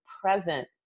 present